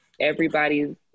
Everybody's